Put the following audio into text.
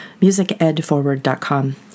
musicedforward.com